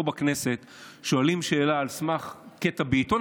בכנסת שואלים שאלה על סמך קטע בעיתון,